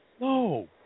No